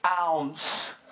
ounce